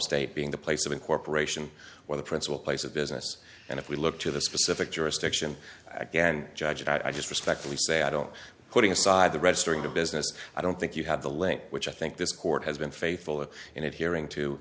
state being the place of incorporation or the principal place of business and if we look to the specific jurisdiction again judge i just respectfully say i don't putting aside the registering a business i don't think you have the link which i think this court has been faithful in adhering to